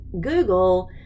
Google